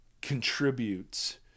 contributes